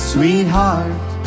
Sweetheart